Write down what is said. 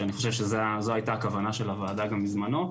שאני חושב שזו הייתה הכוונה של הוועדה גם בזמנו.